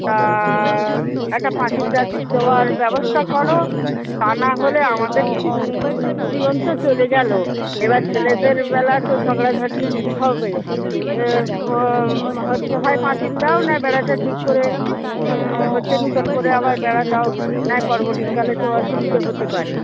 তা একটা পাঁচিল টাচিল দেওয়ার ব্যবস্থা করো তা না হলে আমাদের জীবন তো চলে গেলো এবার ছেলেদের বেলা তো ঝগড়াঝাটি হবে এ ব হচ্ছে হয় পাঁচিল দাও নয় বেড়াটা ঠিক করে হচ্ছে নূতন করে আবার বেড়া দাও নয় পরবর্তীকালে তো অসুবিধা হতে পারে